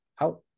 out